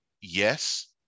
yes